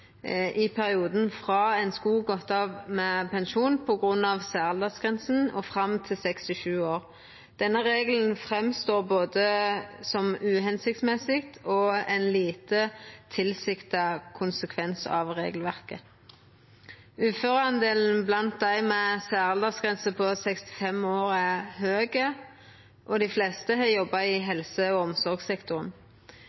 i perioden frå ein skulle ha gått av med pensjon på grunn av særaldersgrensa, og fram til 67 år. Denne regelen står fram både som uhensiktsmessig og som ein lite tilsikta konsekvens av regelverket. Uføreandelen blant dei med særaldersgrense på 65 år er høg, og dei fleste har jobba i